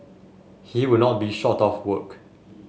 he would not be short of work